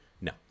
No